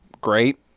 Great